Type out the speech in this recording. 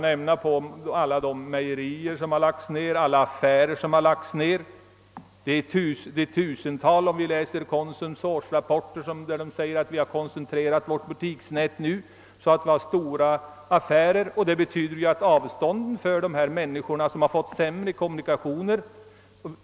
Jag skall bara nämna alla affärer som lagts ned — om vi läser Kooperativa förbundets årsrapport finner vi att tusentals affärer lagts ned genom butiksnätets koncentrering.